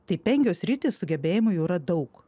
tai penkios sritys sugebėjimų jau yra daug